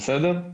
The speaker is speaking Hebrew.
בסדר?